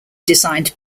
designed